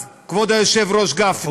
אז כבוד היושב-ראש גפני,